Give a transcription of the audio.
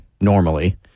normally